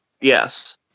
Yes